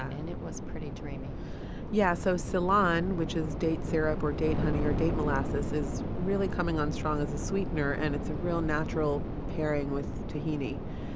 and it was pretty dreamy yeah so silan, which is date syrup or date honey or date molasses, is really coming on strong as a sweetener, and it's a real natural pairing with tahini.